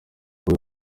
kuri